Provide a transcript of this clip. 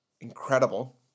incredible